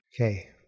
Okay